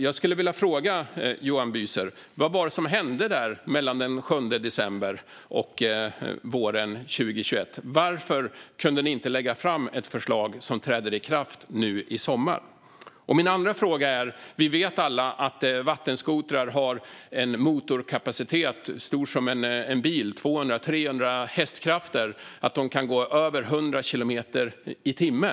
Jag skulle vilja fråga Johan Büser: Vad var det som hände mellan den 7 december och våren 2021? Varför kunde ni inte lägga fram ett förslag som träder i kraft nu i sommar? Jag har en andra fråga. Vi vet alla att vattenskotrar har en motorkapacitet stor som en bils, 200-300 hästkrafter, och att de kan gå i över 100 kilometer i timmen.